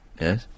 Yes